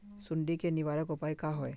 सुंडी के निवारक उपाय का होए?